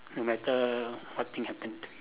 no matter something happen to